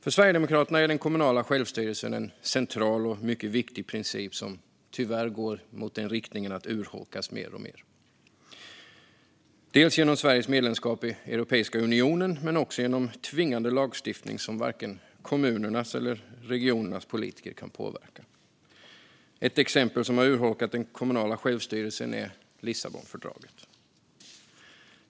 För Sverigedemokraterna är den kommunala självstyrelsen en central och mycket viktig princip som tyvärr urholkas mer och mer, dels genom Sveriges medlemskap i Europeiska unionen, dels genom tvingande lagstiftning som varken kommunernas eller regionernas politiker kan påverka. Ett exempel som har urholkat den kommunala självstyrelsen är Lissabonfördraget.